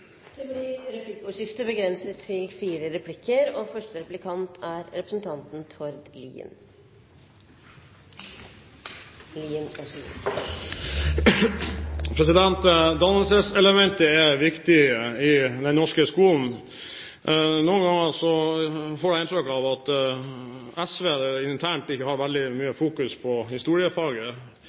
Det blir replikkordskifte. Dannelseselementet er viktig i den norske skolen. Noen ganger får jeg inntrykk av at SV internt ikke har veldig mye fokus på historiefaget,